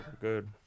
Good